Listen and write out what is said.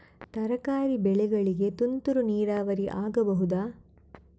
ತರಕಾರಿ ಬೆಳೆಗಳಿಗೆ ತುಂತುರು ನೀರಾವರಿ ಆಗಬಹುದಾ?